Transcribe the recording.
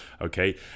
okay